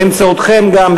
באמצעותכם גם,